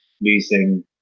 losing